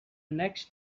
next